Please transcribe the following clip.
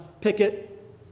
picket